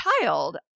child